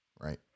Right